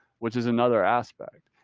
which is another aspect.